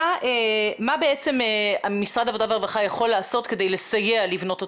מה בעצם משרד העבודה והרווחה יכול לעשות כדי לסייע לבנות אותו?